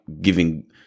giving